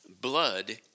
blood